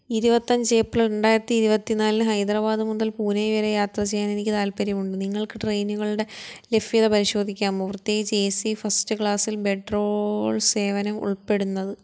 ഇരുപത്തിയഞ്ച് ഏപ്രിൽ രണ്ടായിരത്തി ഇരുപത്തി നാലിന് ഹൈദ്രാബാദ് മുതൽ പൂനെ വരെ യാത്ര ചെയ്യാൻ എനിക്ക് താൽപ്പര്യമുണ്ട് നിങ്ങൾക്ക് ട്രെയിനുകളുടെ ലഭ്യത പരിശോധിക്കാമോ പ്രത്യേകിച്ച് എ സി ഫസ്റ്റ് ക്ലാസിൽ ബെഡ്റോൾ സേവനം ഉൾപ്പെടുന്നത്